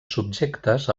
subjectes